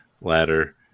ladder